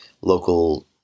local